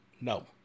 No